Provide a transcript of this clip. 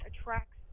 attracts